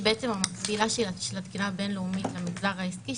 והיא של הקהילה הבין-לאומית למגזר העסקי.